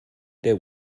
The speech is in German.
der